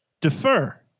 defer